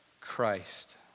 Christ